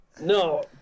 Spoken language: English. No